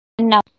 no